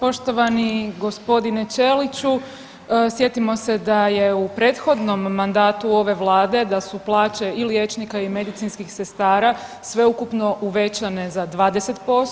Poštovani gospodine Ćeliću, sjetimo se da je u prethodnom mandatu ove Vlade da su plaće i liječnika i medicinskih sestara sveukupno uvećane za 20%